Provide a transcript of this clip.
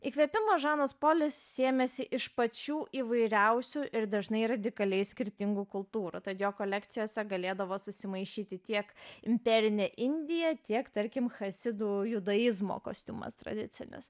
įkvėpimo žanas polis sėmėsi iš pačių įvairiausių ir dažnai radikaliai skirtingų kultūrų tad jo kolekcijose galėdavo susimaišyti tiek imperinę indiją tiek tarkim chasidų judaizmo kostiumas tradicinės